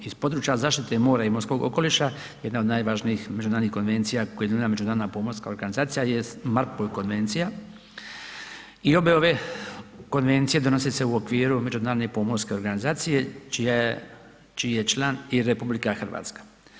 Iz područja zaštite mora i morskog okoliša jedna od najvažnijih međunarodnih konvencija kao jedina međunarodna pomorska organizacija je MARPOL Konvencija i obje ove konvencije donose se u okviru Međunarodne pomorske organizacije čiji je član i RH.